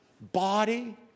body